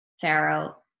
Pharaoh